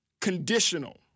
conditional